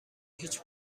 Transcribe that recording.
هیچ